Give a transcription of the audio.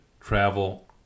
travel